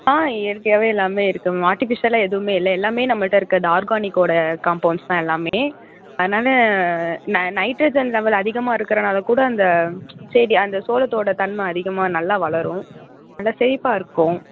ஆ இயற்கையாவே எல்லாம் இருக்குது மேம் ஆர்டிஃபிஷியலாக எதுவும் இல்லை எல்லாம் நம்மக்கிட்ட இருக்குது இந்த ஆர்கானிக்கோடய காம்பௌண்ட்ஸ் தான் எல்லாம் அதனால் ந நைட்ரஜன் லெவல் அதிகமாக இருக்கிறனால கூட இந்த செடி அந்த சோளத்தோடய தன்மை அதிகமாக நல்லா வளரும் நல்லா செழிப்பாக இருக்கும்